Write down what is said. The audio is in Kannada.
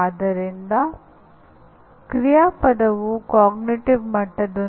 ಆದ್ದರಿಂದ ಕೇವಲ ಮಾಹಿತಿಯನ್ನು ಹೊಂದಿರುವುದು ಕಲಿಕೆಯ ಸಮಾನಾರ್ಥಕವಲ್ಲ